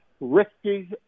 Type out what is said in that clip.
Risky